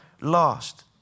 last